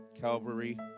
Calvary